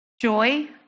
joy